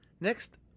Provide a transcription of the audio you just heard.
Next